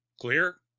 Clear